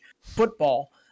football